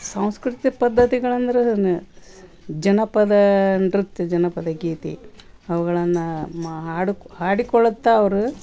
ಸಾಂಸ್ಕೃತಿಕ ಪದ್ಧತಿಗಳಂದ್ರೆ ಜನಪದ ನೃತ್ಯ ಜನಪದ ಗೀತೆ ಅವುಗಳನ್ನ ಮ ಹಾಡು ಹಾಡಿಕೊಳ್ಳುತ್ತ ಅವರು